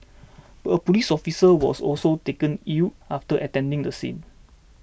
a police officer was also taken ill after attending the scene